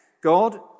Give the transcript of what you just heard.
God